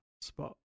spot